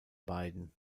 beiden